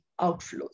outflows